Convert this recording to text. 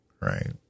right